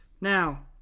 Now